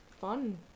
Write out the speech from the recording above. Fun